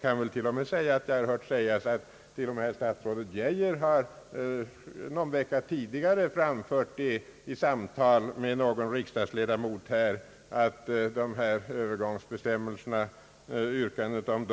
Jag har även hört sägas att t.o.m. statsrådet Geijer någon vecka tidigare vid samtal med någon riksdagsledamot framfört att yrkandet om